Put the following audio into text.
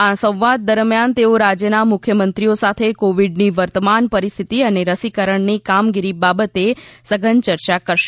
આ સંવાદ દરમિયાન તેઓ રાજ્યોના મુખ્યમંત્રીઓ સાથે કોવિડની વર્તમાન પરિસ્થિતિ અને રસીકરણની કામગીરી બાબતે સઘન ચર્ચા કરશે